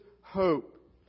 hope